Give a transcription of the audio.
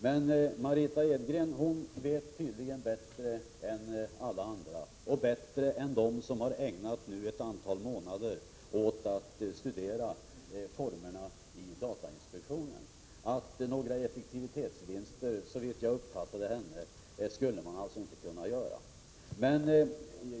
Men Margitta Edgren vet tydligen bättre än alla andra — och bättre än de som har ägnat ett antal månader åt att studera arbetsformerna i datainspektionen — att några effektivitetsvinster inte finns att göra.